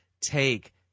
Take